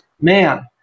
man